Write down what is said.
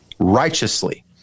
Righteously